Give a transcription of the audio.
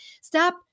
stop